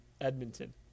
Edmonton